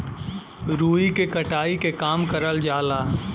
रुई के कटाई के काम करल जाला